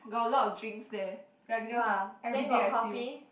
got a lot of drinks there then I just everyday I steal